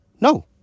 No